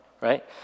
right